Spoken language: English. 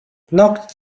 knocked